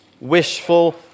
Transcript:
wishful